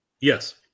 Yes